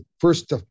first